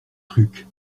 truc